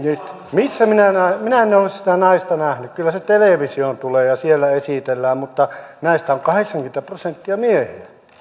missä minä näen minä en ole sitä naista nähnyt kyllä se televisioon tulee ja siellä esitellään mutta näistä on kahdeksankymmentä prosenttia miehiä